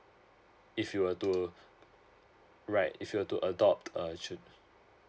if you were to right if you were to adopt a